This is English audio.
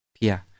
Pia